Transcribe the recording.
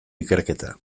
ikerketa